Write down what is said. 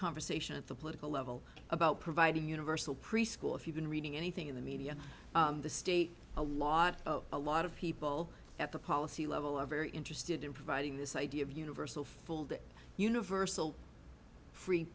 conversation at the political level about providing universal preschool if you've been reading anything in the media the state a lot a lot of people at the policy level are very interested in providing this idea of universal full day universal free